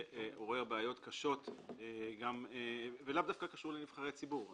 שעורר בעיות קשות והוא לאו דווקא קשור לנבחרי ציבור.